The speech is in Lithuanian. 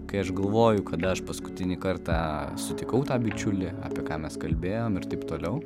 kai aš galvoju kada aš paskutinį kartą sutikau tą bičiulį apie ką mes kalbėjome ir taip toliau